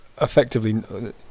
effectively